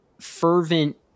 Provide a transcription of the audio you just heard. fervent